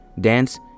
dance